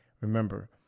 Remember